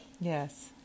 Yes